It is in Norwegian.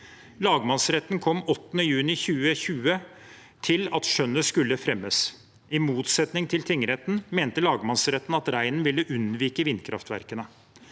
Lagmannsretten kom 8. juni 2020 til at skjønnet skulle fremmes. I motsetning til tingretten mente lagmannsretten at reinen ville unnvike vindkraftverkene.